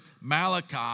Malachi